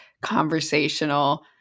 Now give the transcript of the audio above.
conversational